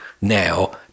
now